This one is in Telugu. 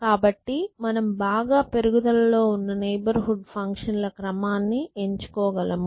కాబట్టి మనం బాగా పెరుగుదలలో ఉన్న నైబర్ హుడ్ ఫంక్షన్ ల క్రమాన్ని ఎంచుకోగలము